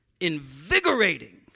invigorating